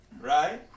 right